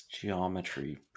geometry